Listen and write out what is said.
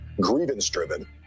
grievance-driven